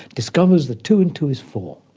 discovers that two and two is four.